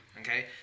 Okay